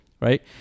Right